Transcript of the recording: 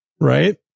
right